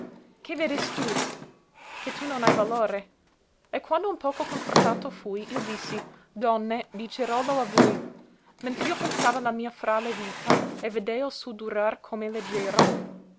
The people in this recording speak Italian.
che vedestù che tu non hai valore e quando un poco confortato fui io dissi donne dicerollo a vui mentr'io pensava la mia frale vita e vedea l suo durar com'è leggero